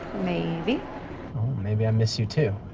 maybe maybe i miss you too.